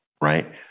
right